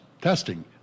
testing